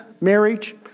marriage